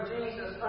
Jesus